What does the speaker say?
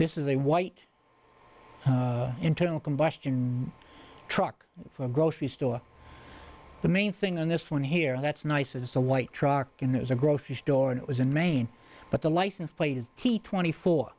this is a white internal combustion truck from a grocery store the main thing and this one here that's nice it's a white truck and there's a grocery store and it was in maine but the license plate is he twenty four